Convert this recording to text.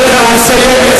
הוא מסיים.